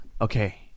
Okay